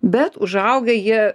bet užaugę jie